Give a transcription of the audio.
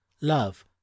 Love